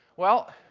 well,